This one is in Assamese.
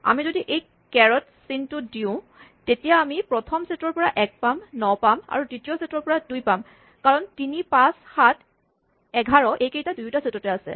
আমি যদি এই কেৰট চিনটো ব্যৱহাৰ কৰোঁ তেতিয়া আমি প্ৰথম ছেটৰ পৰা এক পাম ন পাম আৰু দ্বিতীয় ছেটৰ পৰা দুই পাম কাৰণ তিনি পাঁচ সাত এঘাৰ এইকেইটা দুয়োটা ছেটতে আছে